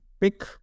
Pick